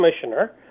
commissioner